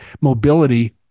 mobility